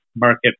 market